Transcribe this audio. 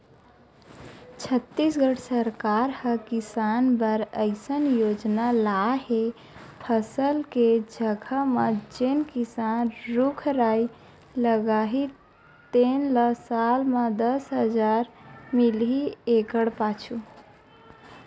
छत्तीसगढ़ सरकार ह किसान बर अइसन योजना लाए हे फसल के जघा म जेन किसान रूख राई लगाही तेन ल साल म दस हजार मिलही एकड़ पाछू